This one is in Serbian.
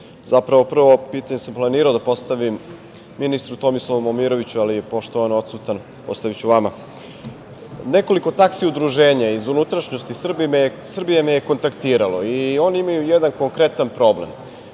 Zapravo, prvo pitanje sam planirao da postavim ministru Tomislavu Momiroviću, ali pošto je on odsutan, postaviću vama. Nekoliko taksi udruženja iz unutrašnjosti Srbije me je kontaktiralo i oni imaju jedan konkretan problem,